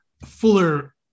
fuller